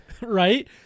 right